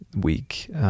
week